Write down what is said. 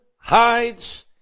hides